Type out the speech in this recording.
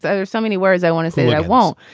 ah there's so many words i want to say well,